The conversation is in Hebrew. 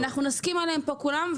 נסכים עליהם פה כולם.